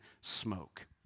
smoke